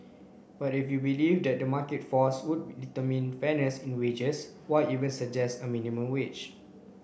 but if you believe that the market force would determine fairness in wages why even suggest a minimum wage